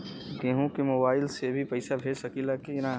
केहू के मोवाईल से भी पैसा भेज सकीला की ना?